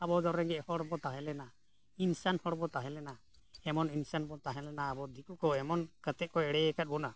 ᱟᱵᱚᱫᱚ ᱨᱮᱸᱜᱮᱡ ᱦᱚᱲᱵᱚᱱ ᱛᱟᱦᱮᱸ ᱞᱮᱱᱟ ᱤᱱᱥᱟᱱ ᱦᱚᱲᱵᱚᱱ ᱛᱟᱦᱮᱸ ᱞᱮᱱᱟ ᱡᱮᱢᱚᱱ ᱤᱱᱥᱟᱱ ᱵᱚᱱ ᱛᱟᱦᱮᱸ ᱞᱮᱱᱟ ᱟᱵᱚ ᱫᱤᱠᱩ ᱠᱚ ᱮᱢᱚᱱ ᱠᱟᱛᱮᱫ ᱠᱚ ᱮᱲᱮ ᱟᱠᱟᱫ ᱵᱚᱱᱟ